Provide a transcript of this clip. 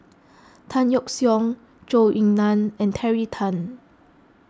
Tan Yeok Seong Zhou Ying Nan and Terry Tan